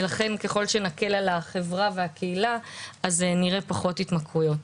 ולכן ככל שנקל על החברה והקהילה אז נראה פחות התמכרויות.